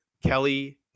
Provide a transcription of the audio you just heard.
Kelly